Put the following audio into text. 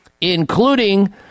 including